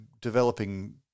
developing